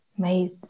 Made